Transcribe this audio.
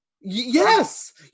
Yes